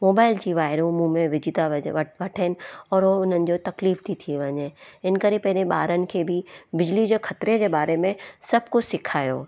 mobile जी वाइरूं मूंहं में विझी था वठणु और उहो उन्हनि जो तकलीफ़ थी थी वञे इन्हीअ करे पहिरें ॿारनि खे बि बिजली जे ख़तरे जे बारे में सभु कुझु सेखारियो